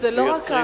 זה לא רק,